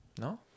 no